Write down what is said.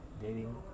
dating